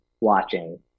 watching